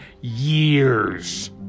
years